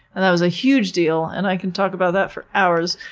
and that was a huge deal and i can talk about that for hours.